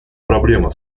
проблема